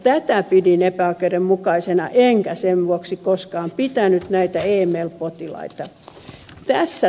tätä pidin epäoikeudenmukaisena enkä sen vuoksi koskaan pitänyt näitä eml potilaita